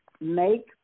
make